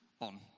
on